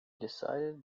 decided